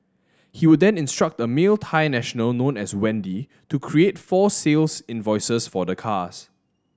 he would then instruct a male Thai national known as Wendy to create false sales invoices for the cars